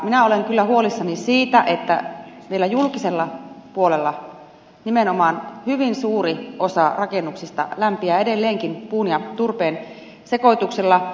minä olen kyllä huolissani siitä että meillä julkisella puolella nimenomaan hyvin suuri osa rakennuksista lämpiää edelleenkin puun ja turpeen sekoituksella